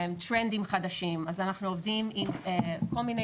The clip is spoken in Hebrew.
טרנדים חדשים אז אנחנו עובדים עם כל מיני